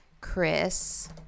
Chris –